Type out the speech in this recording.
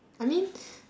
I mean